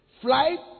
Flight